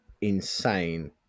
insane